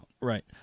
Right